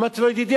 אמרתי לו: ידידי,